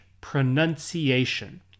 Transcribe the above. pronunciation